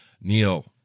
Neil